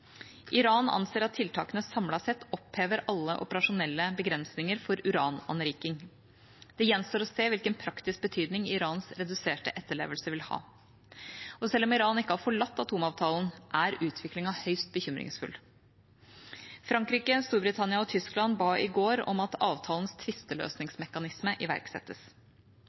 Iran anser at tiltakene samlet sett opphever alle operasjonelle begrensninger for urananriking. Det gjenstår å se hvilken praktisk betydning Irans reduserte etterlevelse vil ha. Selv om Iran ikke har forlatt atomavtalen, er utviklingen høyst bekymringsfull. Frankrike, Storbritannia og Tyskland ba i går om at avtalens tvisteløsningsmekanisme iverksettes.